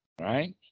Right